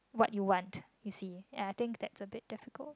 what you want you see and I think that's a bit difficult